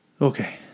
Okay